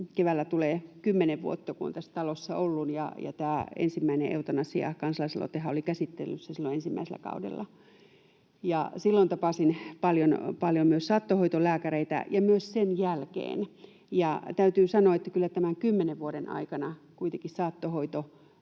Keväällä tulee kymmenen vuotta, kun olen tässä talossa ollut, ja tämä ensimmäinen eutanasiakansalaisaloitehan oli käsittelyssä silloin ensimmäisellä kaudella. Silloin tapasin paljon myös saattohoitolääkäreitä ja myös sen jälkeen, ja täytyy sanoa, että kyllä tämän kymmenen vuoden aikana kuitenkin palliatiivinen